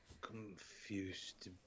Confused